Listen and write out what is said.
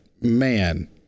man